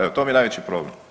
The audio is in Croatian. Evo to mi je najveći problem.